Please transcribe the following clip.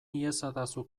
iezadazu